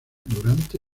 durante